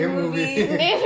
movie